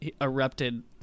erupted